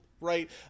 right